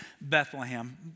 Bethlehem